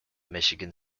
michigan